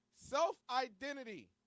self-identity